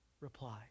reply